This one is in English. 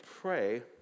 pray